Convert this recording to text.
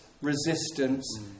resistance